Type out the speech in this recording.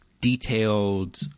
detailed